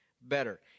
better